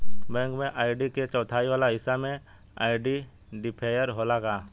Bank में ID के चौथाई वाला हिस्सा में आइडेंटिफैएर होला का?